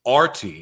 RT